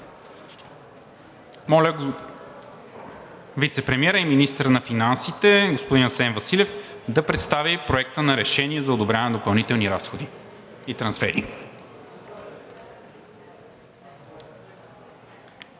Моля, вицепремиерът и министър на финансите – господин Асен Василев, да представи Проекта на решение за одобряване на допълнителни разходи и трансфери.